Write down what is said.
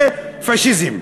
זה פאשיזם.